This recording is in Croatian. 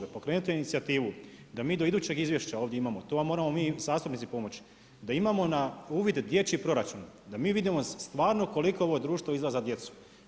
Da pokrenete inicijativu da mi do idućeg izvješća ovdje imamo, tu vam moramo mi zastupnici pomoći, da imamo na uvid dječji proračun, da mi vidimo stvarno koliko ovo društvo izdvaja za djecu.